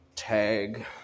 Tag